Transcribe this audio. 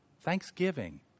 Thanksgiving